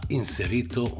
inserito